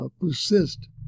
persist